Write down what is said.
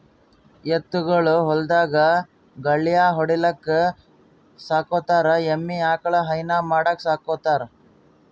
ಎತ್ತ್ ಗೊಳ್ ಹೊಲ್ದಾಗ್ ಗಳ್ಯಾ ಹೊಡಿಲಿಕ್ಕ್ ಸಾಕೋತಾರ್ ಎಮ್ಮಿ ಆಕಳ್ ಹೈನಾ ಮಾಡಕ್ಕ್ ಸಾಕೋತಾರ್